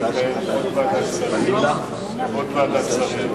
ועדת שרים ועוד ועדת שרים,